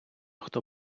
хто